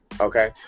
okay